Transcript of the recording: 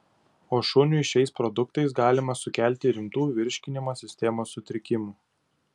o šuniui šiais produktais galima sukelti rimtų virškinimo sistemos sutrikimų